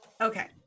Okay